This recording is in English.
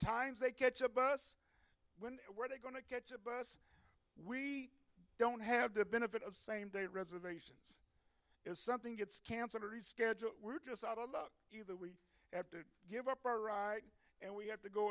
times they catch a bus when we're not going to catch a bus we don't have the benefit of same day reservations if something gets cancelled reschedule we're just out of luck either have to give up our ride and we have to go